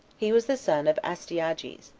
he was the son of astyages,